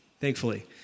thankfully